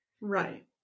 right